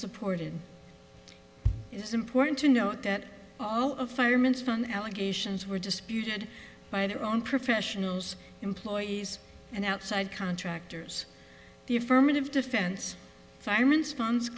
unsupported it's important to note that all of fireman's fund allegations were disputed by their own professionals employees and outside contractors the affirmative defense firemen s